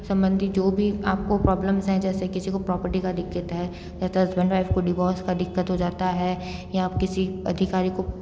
संबंधी जो भी आपको प्रॉब्लम्स हैं जैसे कि किसी को प्रॉपर्टी की दिक्कत है हस्बैन्ड वाइफ को डिवोर्स का दिक्कत हो जाता है या किसी अधिकारी को